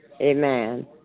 Amen